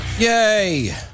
Yay